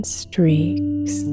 streaks